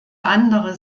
andere